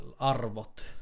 Arvot